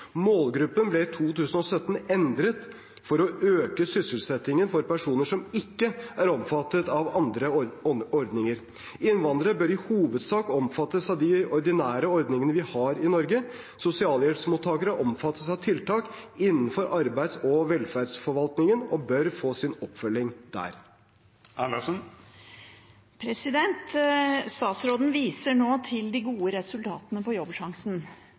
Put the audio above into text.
Målgruppen ble i 2017 endret for å øke sysselsettingen for personer som ikke er omfattet av andre ordninger. Innvandrere bør i hovedsak omfattes av de ordinære ordningene vi har i Norge. Sosialhjelpsmottakere omfattes av tiltak innenfor arbeids- og velferdsforvaltningen og bør få sin oppfølging der. Statsråden viser nå til de gode resultatene for Jobbsjansen,